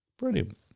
Brilliant